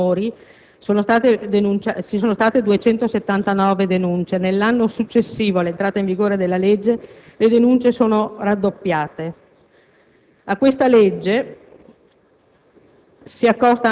per tratta di minori vi sono state 279 denunce, nell'anno successivo all'entrata in vigore della legge le denunce sono raddoppiate. A questa legge,